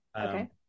Okay